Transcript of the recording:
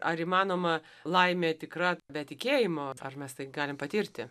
ar įmanoma laimė tikra bet tikėjimo ar mes tai galim patirti